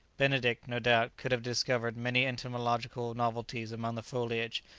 benedict, no doubt, could have discovered many entomological novelties amongst the foliage,